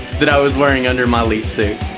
that i was wearing under my leaf suit.